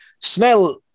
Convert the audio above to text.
Snell